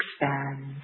expand